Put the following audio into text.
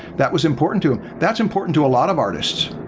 that was important to him. that's important to a lot of artists.